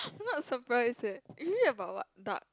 it's not a surprise eh it's really about what dark